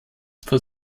vor